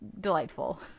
delightful